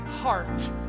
heart